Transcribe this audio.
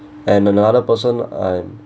and another person I'm